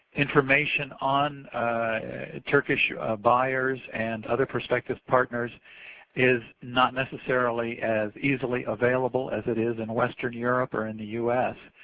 information on turkish buyers and other perspective partners is not necessarily as easily available as it is in western europe or in the u s.